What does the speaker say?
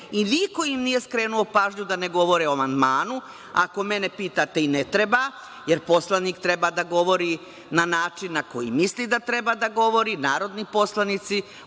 i niko im nije skrenuo pažnju da ne govore o amandmanu. Ako mene pitate i ne treba jer poslanik treba da govori na način na koji misli da treba da govori, narodni poslanici